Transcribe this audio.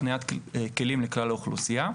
הקניית כלים לכלל האוכלוסייה.